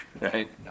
Right